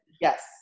Yes